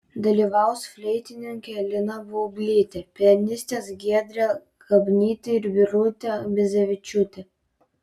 dalyvaus fleitininkė lina baublytė pianistės giedrė gabnytė ir birutė bizevičiūtė